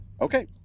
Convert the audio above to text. Okay